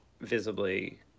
visibly